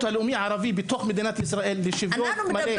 הלאומי הערבי בתוך מדינת ישראל ושוויון מלא.